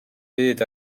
byd